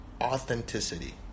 authenticity